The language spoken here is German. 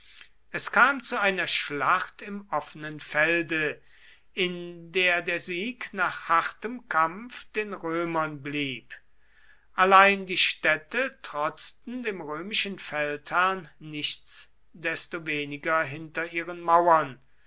es kam zu einer schlacht im offenen felde in der der sieg nach hartem kampf den römern blieb allein die städte trotzten dem römischen feldherrn nichtsdestoweniger hinter ihren mauern